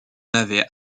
avait